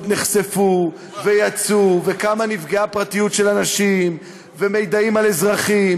נחשפו וכמה נפגעה פרטיות של אנשים ומידעים על אזרחים